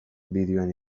bideoan